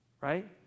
right